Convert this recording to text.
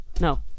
No